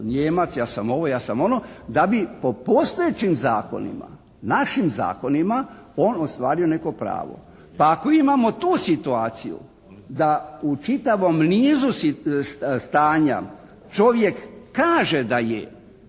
da bi po postojećim zakonima, našim zakonima on ostvario neko pravo. Pa ako imamo tu situaciju da u čitavom nizu stanja čovjek kaže da je